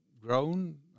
grown